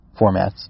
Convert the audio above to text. formats